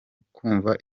ukumva